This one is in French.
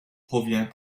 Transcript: provient